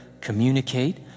communicate